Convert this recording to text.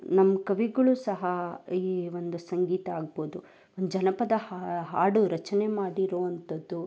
ನಮ್ಮ ಕವಿಗಳು ಸಹ ಈ ಒಂದು ಸಂಗೀತ ಆಗ್ಬೋದು ಒಂದು ಜನಪದ ಹಾಡು ರಚನೆ ಮಾಡಿರುವಂಥದ್ದು